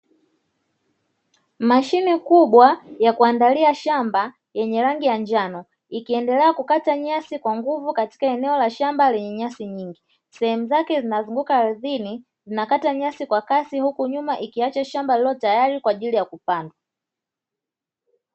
Mashine kubwa ya kuandalia shamba yenye rangi ya njano, ikiendelea kukata nyasi kwa nguvu katika eneo la shamba lenye nyasi nyingi, sehemu zake zinazunguka ardhini zinakata nyasi kwa kasi huku nyuma ikiacha shamba lililo tayari tayari kwa ajili ya kupandwa.